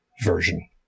version